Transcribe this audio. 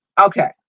Okay